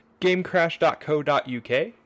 GameCrash.co.uk